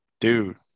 Dude